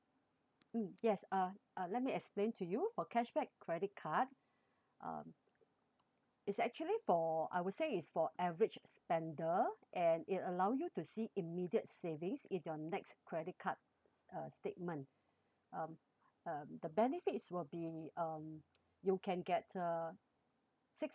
mm yes uh uh let me explain to you for cashback credit card um it's actually for I would say it's for average spender and it allow you to see immediate savings in your next credit card's uh statement um um the benefits will be um you can get uh six